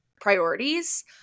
priorities